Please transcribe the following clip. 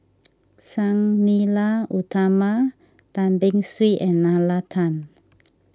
Sang Nila Utama Tan Beng Swee and Nalla Tan